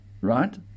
right